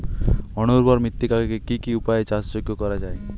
অনুর্বর মৃত্তিকাকে কি কি উপায়ে চাষযোগ্য করা যায়?